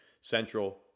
Central